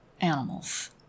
animals